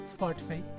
Spotify